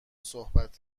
صحبت